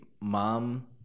mom